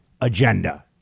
agenda